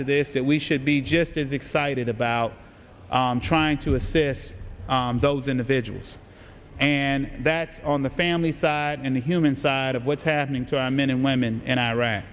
to this that we should be just as excited about trying to assist those individuals and that on the families and the human side of what's happening to our men and women in iraq